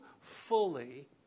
fully